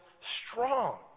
strong